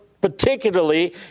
particularly